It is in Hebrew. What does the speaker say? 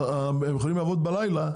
הם יכולים לעבוד בלילה,